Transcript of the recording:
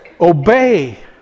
obey